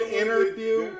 interview